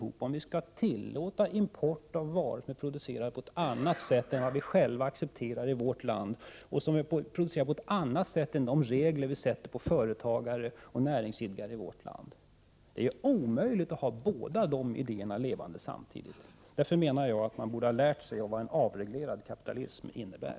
Skall Sverige tillåta import av varor som är producerade på ett annat sätt än vad som accepteras i Sverige och som är producerade enligt andra regler än dem som vi har när det gäller företagare och näringsidkare i Sverige? Det är ju omöjligt att ha båda dessa idéer samtidigt. Jag menar att man borde ha lärt sig vad en avreglerad kapitalism innebär.